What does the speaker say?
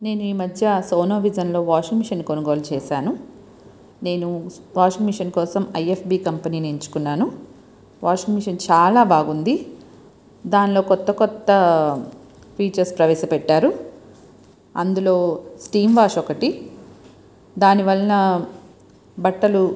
నేను ఈ మధ్య సోనోవిజన్లో వాషింగ్ మెషిన్ కొనుగోలు చేశాను నేను వాషింగ్ మెషిన్ కోసం ఐఫ్బీ కంపెనిని ఎంచుకున్నాను వాషింగ్ మెషిన్ చాలా బాగుంది దానిలో కొత్త కొత్త ఫీచర్స ప్రవేశ పెట్టారు అందులో స్టీమ్ వాష్ ఒకటి దాని వలన బట్టలు